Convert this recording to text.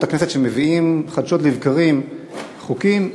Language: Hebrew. הכנסת שמביאים חדשות לבקרים חוקים,